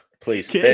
please